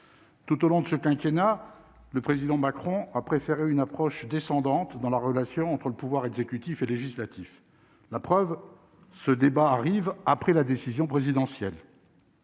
tout au long de ce quinquennat le président Macron a préféré une approche descendante dans la relation entre le pouvoir exécutif et législatif, la preuve, ce débat arrive après la décision présidentielle,